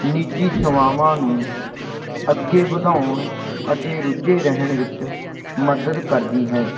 ਨਿੱਜੀ ਸੇਵਾਵਾਂ ਨੂੰ ਅੱਗੇ ਵਧਾਉਣ ਅਤੇ ਰੁੱਝੇ ਰਹਿਣ ਵਿੱਚ ਮਦਦ ਕਰਦੀ ਹੈ